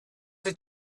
want